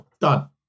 done